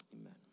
Amen